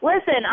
Listen